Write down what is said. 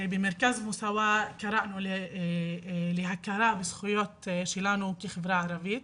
במרכז מוסאוא קראנו להכרה לזכויות שלנו כחברה ערבית.